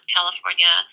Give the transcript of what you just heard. California